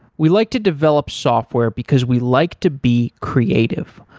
we like to develop software because we like to be creative.